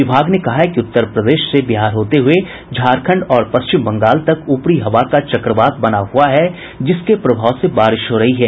विभाग ने कहा है कि उत्तर प्रदेश से बिहार होते हुए झारखंड और पश्चिम बंगाल तक ऊपरी हवा का चक्रवात बना हुआ है जिसके प्रभाव से बारिश हो रही है